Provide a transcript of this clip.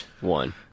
one